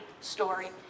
story